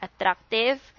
attractive